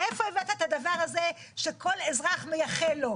מאיפה הבאת את הדבר הזה שכל אזרח מייחל לו,